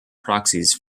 proxies